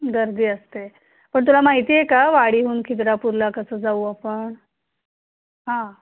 गर्दी असते पण तुला माहीत आहे का वाडीहून खिद्रापूरला कसं जाऊ आपण हां